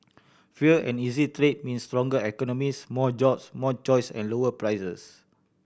freer and easier trade means stronger economies more jobs more choice and lower prices